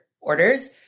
orders